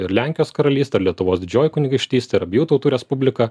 ir lenkijos karalystė ir lietuvos didžioji kunigaikštystė ir abiejų tautų respublika